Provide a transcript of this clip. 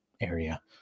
area